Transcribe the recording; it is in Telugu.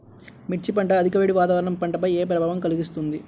మిర్చి పంట అధిక వేడి వాతావరణం పంటపై ఏ ప్రభావం కలిగిస్తుంది?